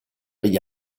degli